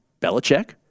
Belichick